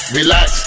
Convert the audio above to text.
Relax